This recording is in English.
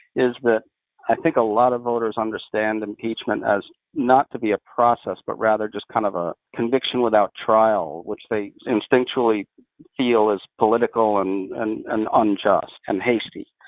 is that i think a lot of voters understand impeachment not to be a process, but rather just kind of a conviction without trial, which they instinctively feel is political and and and unjust and hasty.